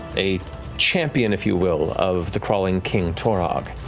a champion, if you will, of the crawling king, torog.